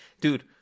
dude